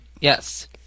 Yes